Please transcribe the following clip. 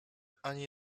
ani